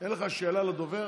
אין לך שאלה לדובר?